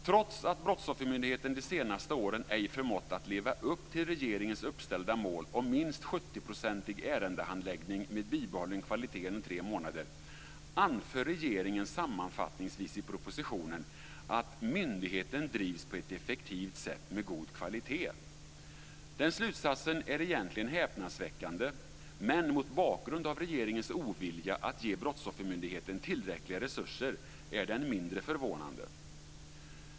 Trots att Brottsoffermyndigheten de senaste åren ej har förmått leva upp till regeringens uppställda mål om minst 70 procentig ärendehandläggning med bibehållen kvalitet inom tre månader anför regeringen sammanfattningsvis i propositionen att myndigheten drivs på ett effektivt sätt med god kvalitet. Den slutsatsen är egentligen häpnadsväckande. Men mot bakgrund av regeringens ovilja att ge Brottsoffermyndigheten tillräckliga resurser är den mindre förvånande.